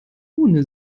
ohne